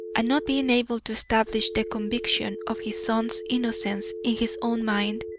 and not being able to establish the conviction of his son's innocence in his own mind,